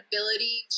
ability